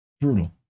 Brutal